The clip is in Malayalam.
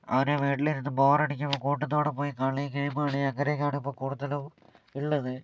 അവർ വീട്ടിലിരുന്ന് ബോറടിക്കുമ്പോള് കൂട്ടത്തോടെ പോയി കളി ഗെയിമുകളി അങ്ങനെക്കെയാണ് ഇപ്പം കൂടുതലും ഉള്ളത്